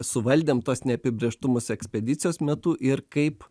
suvaldėm tuos neapibrėžtumus ekspedicijos metu ir kaip